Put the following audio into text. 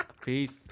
Peace